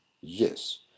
yes